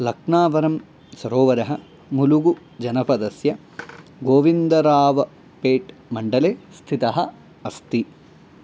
लक्नावरं सरोवरः मुलुगुजनपदस्य गोविन्दरावपेट् मण्डले स्थितः अस्ति